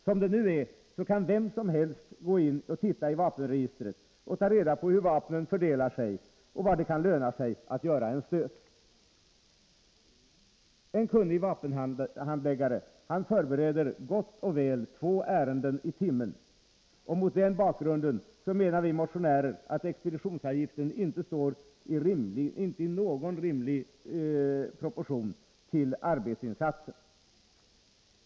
Som det nu är kan vem som helst gå in och titta i vapenregistret och ta reda på hur vapnen fördelar sig och se var det kan löna sig att göra en stöt. En kunnig vapenhandläggare bereder gott och väl två ärenden i timmen. Mot den bakgrunden menar vi motionärer att expeditionsavgiften inte står i någon rimlig proportion till arbetsinsatsen.